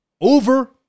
over